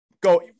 go